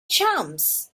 chumps